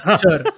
Sure